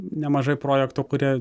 nemažai projektų kurie